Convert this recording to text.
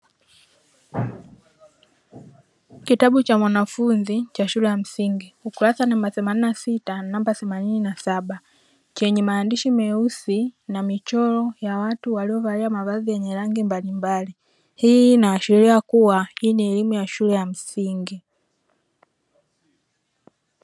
Kitabu cha mwanafunzi cha shule ya msingi ukurasa namba themanini na sita na namba themanini na saba, chenye maandishi meusi na michoro ya watu waliovalia mavazi yenye rangi mbalimbali; hii inaashiria kuwa hii ni elimu ya shule ya msingi.